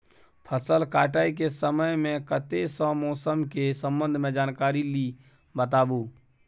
फसल काटय के समय मे कत्ते सॅ मौसम के संबंध मे जानकारी ली बताबू?